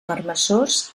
marmessors